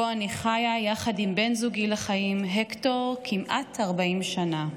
שבו אני חיה יחד עם בן זוגי לחיים הקטור כמעט 40 שנה.